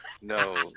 no